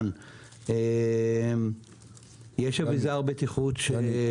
אנחנו לא נוכל להיכנס לכל הפרטים.